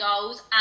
goals